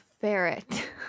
ferret